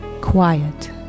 Quiet